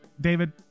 David